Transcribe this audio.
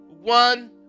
One